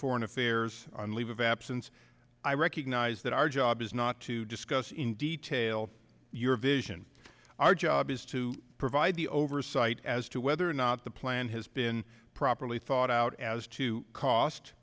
foreign affairs on leave of absence i recognize that our job is not to discuss in detail your vision our job is to provide the oversight as to whether or not the plan has been properly thought out as to cost